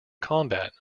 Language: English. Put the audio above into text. combat